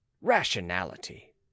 rationality